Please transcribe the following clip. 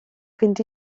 fynd